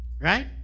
Right